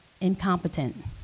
incompetent